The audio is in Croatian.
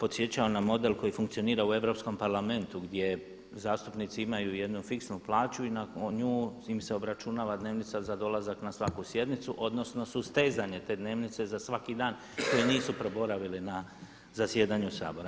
podsjećao na model koji funkcionira u Europskom parlamentu gdje zastupnici imaju jednu fiksnu plaću i na nju im se obračunava dnevnica za dolazak na svaku sjednicu, odnosno sustezanje te dnevnice za svaki dan koji nisu proboravili na zasjedanju Sabora.